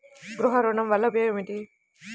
గృహ ఋణం వల్ల ఉపయోగం ఏమి?